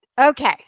Okay